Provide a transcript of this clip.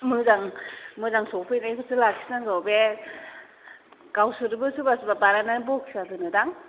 मोजां मोजां सौफैनायखौसो लाखिनांगौ बे गावसोरबो सोरबा सोरबा बानायनानै बख्सिया दोनो दां